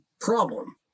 problem